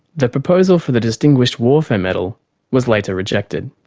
the proposal for the distinguished warfare medal was later rejected.